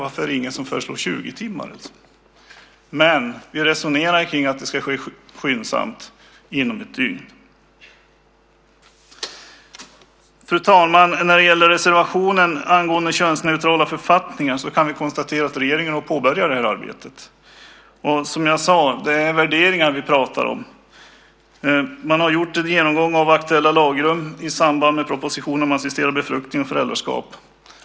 Varför är det ingen som föreslår 20 timmar? Vi resonerar om att det ska ske skyndsamt, inom ett dygn. Fru talman! När det gäller reservationen angående könsneutrala författningar kan vi konstatera att regeringen har påbörjat det arbetet. Som jag sade handlar detta om värderingar. Man har gjort en genomgång av aktuella lagrum i samband med propositionen om assisterad befruktning och föräldraskap.